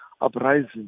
uprising